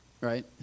Right